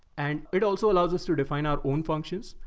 and it also allows us to define our own functions.